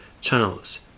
channels